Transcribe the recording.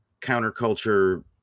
counterculture